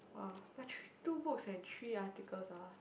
!wah! must read two books and three articles ah